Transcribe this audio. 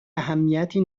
اهمیتی